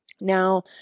Now